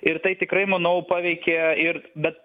ir tai tikrai manau paveikė ir bet